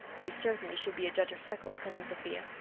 you certainly should be a judge of freckles, cousin sophia,